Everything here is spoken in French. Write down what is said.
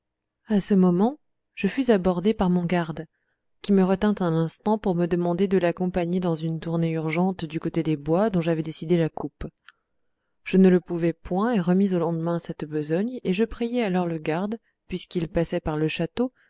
à ce moment nous fûmes abordé par mon garde qui me retint un instant pour me demander de l'accompagner dans une tournée urgente du côté des bois dont j'avais décidé la coupe je ne le pouvais point et remis au lendemain cette besogne et je priai alors le garde puisqu'il passait par le château